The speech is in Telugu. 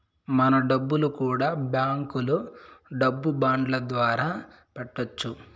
మన డబ్బులు కూడా బ్యాంకులో డబ్బు బాండ్ల ద్వారా పెట్టొచ్చు